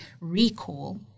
recall